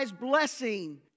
blessing